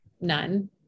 none